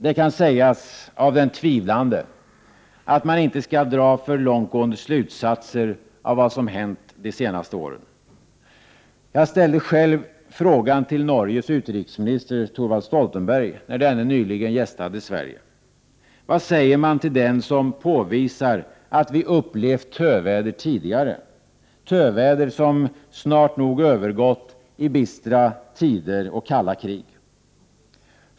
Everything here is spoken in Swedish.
Det kan sägas av den tvivlande att man inte skall dra för långtgående slutsatser av vad som hänt de senaste åren. Jag ställde själv frågan till Norges utrikesminister, Thorvald Stoltenberg, när denne nyligen gästade Sverige. Vad säger man till den som påvisar att vi upplevt töväder tidigare, töväder som snart nog övergått i bistra tider och kalla krig?